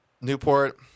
Newport